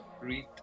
read